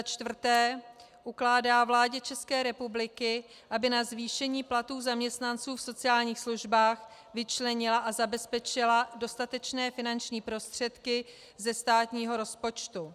4. ukládá vládě České republiky, aby na zvýšení platů zaměstnanců v sociálních službách vyčlenila a zabezpečila dostatečné finanční prostředky ze státního rozpočtu;